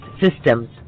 systems